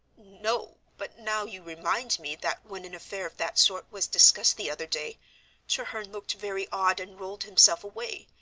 no, but now you remind me that when an affair of that sort was discussed the other day treherne looked very odd, and rolled himself away,